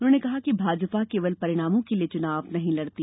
उन्होंने कहा कि भाजपा केवल परिणामों के लिए चुनाव नहीं लड़ती